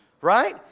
right